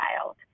child